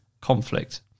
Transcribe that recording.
conflict